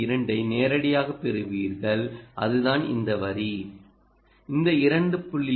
2ஐ நேராகப் பெறுவீர்கள் அதுதான் இந்த வரி இந்த 2